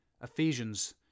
Ephesians